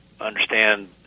understand